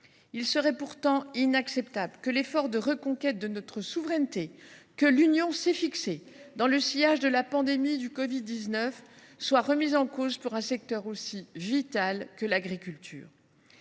Il serait pourtant inacceptable que l’objectif de reconquête de notre souveraineté, que l’Union s’est fixé dans le sillage de la pandémie de covid 19, soit remis en cause pour un secteur aussi vital que l’agriculture.